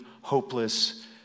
hopeless